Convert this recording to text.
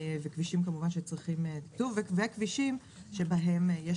וכבישים שכמובן צריכים תקצוב וכבישים שבהם יש